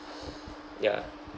ya